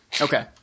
Okay